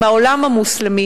עם העולם המוסלמי,